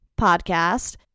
podcast